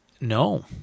No